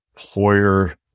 employer